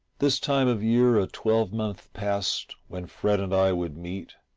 this time of year a twelvemonth past, when fred and i would meet,